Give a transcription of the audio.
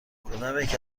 کدامیک